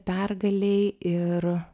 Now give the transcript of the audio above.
pergalei ir